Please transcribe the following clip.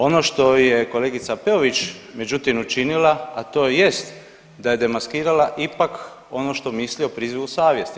Ono što je kolegica Peović međutim učinila, a to jest da je demaskirala ipak ono što misli o prizivu savjesti.